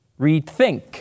rethink